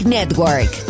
Network